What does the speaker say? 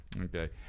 Okay